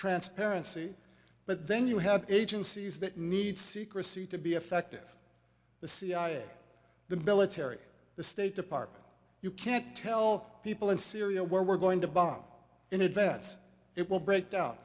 transparency but then you have agencies that need secrecy to be effective the cia the military the state department you can't tell people in syria where we're going to bomb in advance it will break down